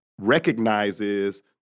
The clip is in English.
recognizes